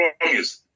promise